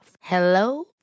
Hello